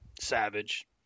Savage